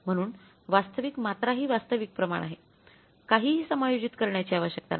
म्हणून वास्तविक मात्राही वास्तविक प्रमाण आहे काहीही समायोजित करण्याची आवश्यकता नाही